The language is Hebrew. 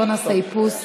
בוא נעשה איפוס.